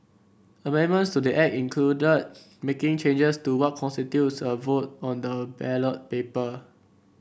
Amendments to the Act included making changes to what constitutes a vote on the ballot paper